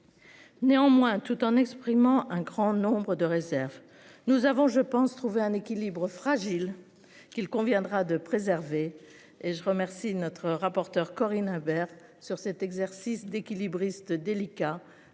Néanmoins, tout en exprimant un grand nombre de réserves, nous avons je pense trouver un équilibre fragile qu'il conviendra de préserver et je remercie notre rapporteur Corinne Imbert sur cet exercice d'équilibriste délicat